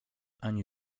ani